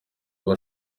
aba